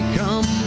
come